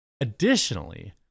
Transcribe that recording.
Additionally